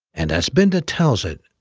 and as binda tells it,